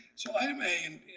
so i made,